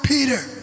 Peter